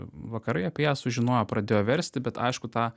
vakarai apie ją sužinojo pradėjo versti bet aišku tą